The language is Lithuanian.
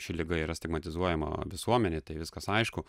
ši liga yra stigmatizuojama visuomenėj tai viskas aišku